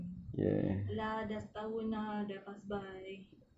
lah dah setahun ah dah pass by